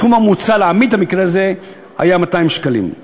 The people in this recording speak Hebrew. הסכום המוצע לעמית במקרה זה היה 200 שקלים.